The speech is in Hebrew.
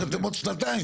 שאתם עוד שנתיים,